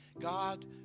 God